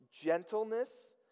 gentleness